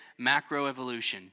macroevolution